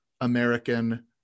American